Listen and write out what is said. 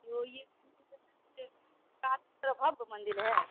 तो यह मंदिर है